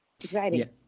exciting